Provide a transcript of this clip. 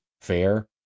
fair